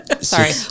sorry